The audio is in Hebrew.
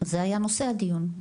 זה היה נושא הדיון.